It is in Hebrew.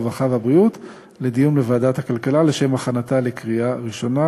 הרווחה והבריאות לדיון בוועדת הכלכלה לשם הכנתה לקריאה ראשונה.